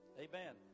Amen